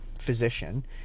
physician